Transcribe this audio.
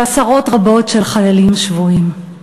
ועשרות רבות של חיילים שבויים.